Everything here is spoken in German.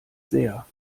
sehr